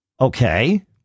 Okay